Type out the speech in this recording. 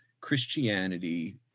Christianity